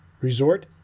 resort